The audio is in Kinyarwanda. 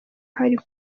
harry